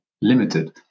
limited